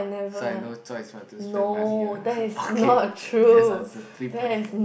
so I no choice but to spend money here okay best answer three point